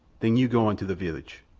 then you go on to the village.